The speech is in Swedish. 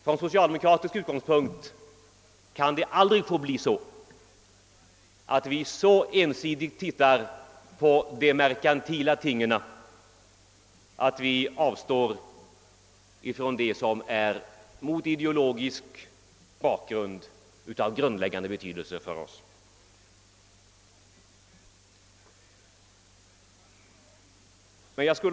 Från socialdemokratisk utgångspunkt kan det aldrig få bli fråga om att vi så ensidigt tittar på de merkantila tingen att vi avstår från det som mot ideologisk bakgrund är av grundläggande betydelse för oss.